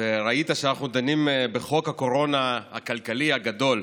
וראית שאנחנו דנים בחוק הקורונה הכלכלי הגדול,